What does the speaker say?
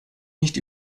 nicht